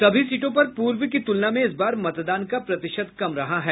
सभी सीटों पर पूर्व की तुलना में इस बार मतदान का प्रतिशत कम रहा है